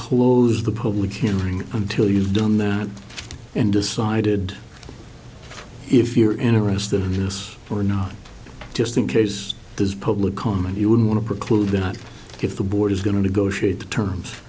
close the public hearing until you've done that and decided if you're interested in us for not just in case there's public comment you would want to preclude that if the board is going to go shoot the terms